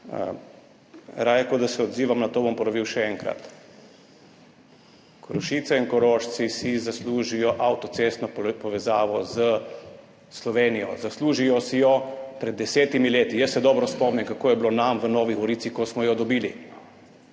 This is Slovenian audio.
Raje, kot da se odzivam na to, bom ponovil še enkrat. Korošice in Korošci si zaslužijo avtocestno povezavo s Slovenijo. Zaslužijo si jo pred desetimi leti. Jaz se dobro spomnim, kako je bilo nam v Novi Gorici, ko smo jo dobili.